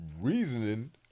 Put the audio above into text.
reasoning